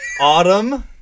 Autumn